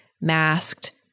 masked